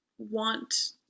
want